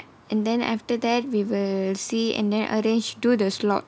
and then after that we will see and then arrange through the slot